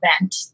event